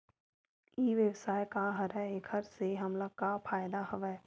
ई व्यवसाय का हरय एखर से हमला का फ़ायदा हवय?